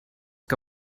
que